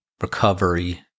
recovery